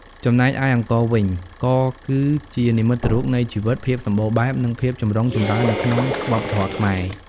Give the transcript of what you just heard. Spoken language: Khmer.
ចំណែកឯអង្ករវិញ ក៏គឺជានិមិត្តរូបនៃជីវិត ភាពសម្បូរបែប និងភាពចម្រុងចម្រើននៅក្នុងវប្បធម៌ខ្មែរ។